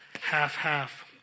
half-half